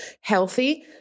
healthy